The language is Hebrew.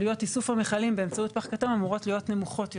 עלויות איסוף המכלים באמצעות פח כתום אמורות להיות נמוכות יותר.